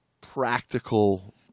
practical